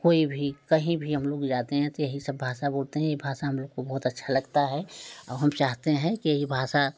कोई भी कहीं भी हम लोग जाते हैं तो यही सब भाषा बोलते हैं ये भाषा हम लोग को बहुत अच्छा लगता है और हम चाहते हैं कि यही भाषा